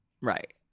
Right